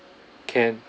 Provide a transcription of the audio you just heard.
can